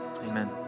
Amen